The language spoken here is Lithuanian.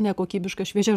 nekokybiška šviežia